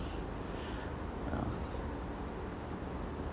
uh